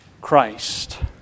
Christ